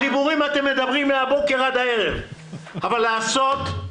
יש לצדדים אפשרות להגיע להסדר מטיב לגבי דמי בידוד לעצמם,